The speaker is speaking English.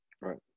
Right